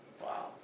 Wow